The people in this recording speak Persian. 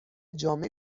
جامع